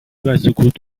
وسکوت